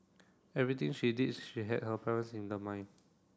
everything she did she had her parents in the mind